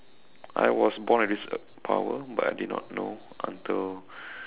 I was born with this power but I did not know until